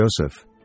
Joseph